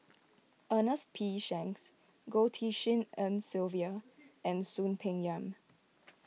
Ernest P Shanks Goh Tshin En Sylvia and Soon Peng Yam